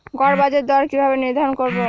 গড় বাজার দর কিভাবে নির্ধারণ করব?